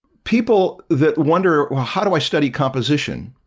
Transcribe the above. people that wonder how do i study composition